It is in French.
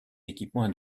équipements